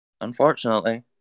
Unfortunately